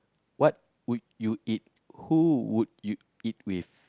what would you eat who would you eat with